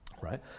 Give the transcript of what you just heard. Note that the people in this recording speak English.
right